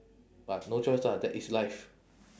but no choice lah that is life